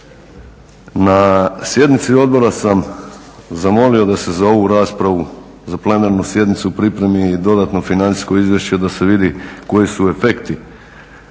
Na sjednici odbora sam zamolio da se za ovu raspravu, za plenarnu sjednicu pripremi dodatno financijsko izvješće, da se vidi koji su efekti